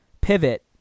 pivot